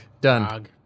done